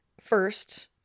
First